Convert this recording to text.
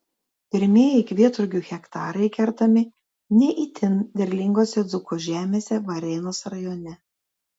pirmieji kvietrugių hektarai kertami ne itin derlingose dzūkų žemėse varėnos rajone